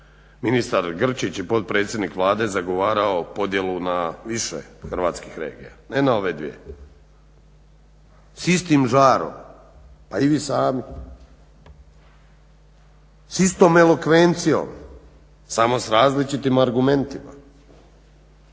ministar Grčić i potpredsjednik Vlade zagovarao podjelu na više hrvatskih regija, ne na ove dvije. S istim žarom, pa i vi sami, s istom elokvencijom samo sa različitim argumentima.